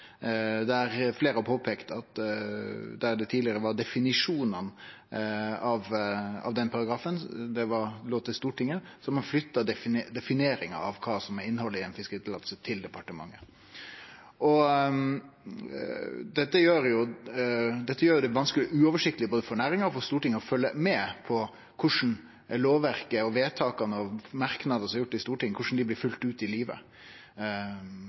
der definisjonane av den paragrafen tidlegare låg hos Stortinget, har ein flytta defineringa av kva som er innhaldet i eit fiskeriløyve, til departementet. Det gjer det ganske uoversiktleg for både næringa og Stortinget å følgje med på korleis lovverket og vedtaka og merknadene som er gjorde i Stortinget, blir